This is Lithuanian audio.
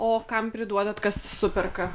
o kam priduodat kas superka